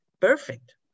perfect